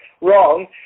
wrong